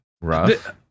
rough